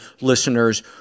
listeners